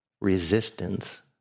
resistance